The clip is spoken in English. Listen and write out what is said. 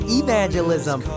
evangelism